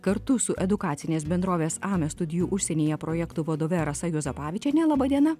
kartu su edukacinės bendrovės ames studijų užsienyje projektų vadove rasa juozapavičiene laba diena